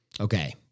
Okay